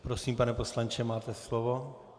Prosím, pane poslanče, máte slovo.